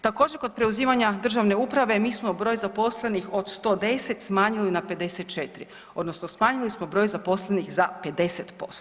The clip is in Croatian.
Također kod preuzimanja državne uprave mi smo broj zaposlenih od 110 smanjili na 54 odnosno smanjili smo broj zaposlenih za 50%